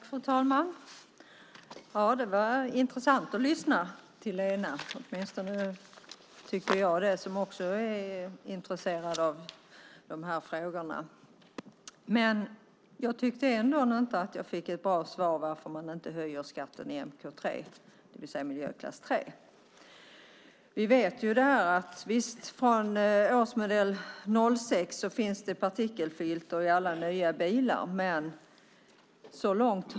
Fru talman! Det var intressant att lyssna till Lena. Åtminstone tycker jag det eftersom jag är intresserad av dessa frågor. Jag tyckte dock inte att jag fick något bra svar på frågan varför man inte höjer skatten på mk 3, det vill säga miljöklass 3. Vi vet att det från och med årsmodell 2006 finns partikelfilter i alla nya bilar.